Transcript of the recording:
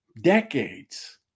decades